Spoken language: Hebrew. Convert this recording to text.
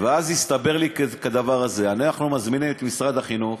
ואז הסתבר לי כדבר הזה: אנחנו מזמינים את משרד החינוך